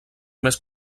més